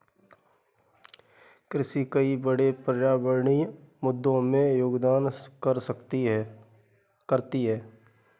कृषि कई बड़े पर्यावरणीय मुद्दों में योगदान करती है